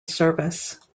service